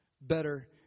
better